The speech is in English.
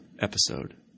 episode